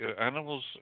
animals